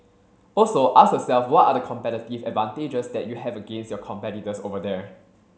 also ask yourself what are the competitive advantages that you have against your competitors over there